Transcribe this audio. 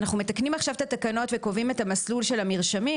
אנחנו מתקנים עכשיו את התקנות וקובעים את המסלול של המרשמים,